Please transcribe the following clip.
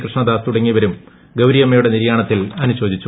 കൃഷ്ണദാസ് തുടങ്ങിയവരും ഗൌരിയമ്മയുടെ നിര്യാണിത്തീൽ അനുശോചിച്ചു